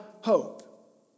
hope